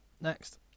Next